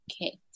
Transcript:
okay